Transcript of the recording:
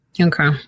Okay